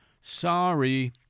Sorry